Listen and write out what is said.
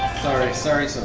sorry, sorry